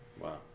Wow